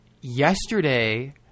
yesterday